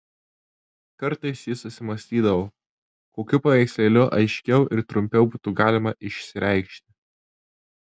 kartais jis susimąstydavo kokiu paveikslėliu aiškiau ir trumpiau būtų galima išsireikšti